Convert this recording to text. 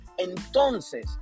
Entonces